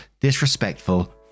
disrespectful